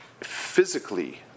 physically